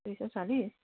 दुई सय चालिस